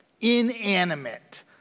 inanimate